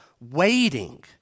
Waiting